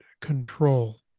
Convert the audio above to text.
control